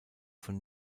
von